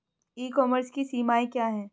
ई commerce की सीमाएं क्या हैं?